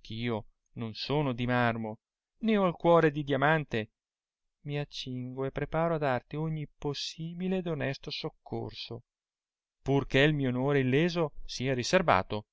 ch'io non sono di marmo né ho il cuore di diamante mi accingo e preparo a darti ogni possilile ed onesto soccorso pur che il mio onore illeso sia l'iserbato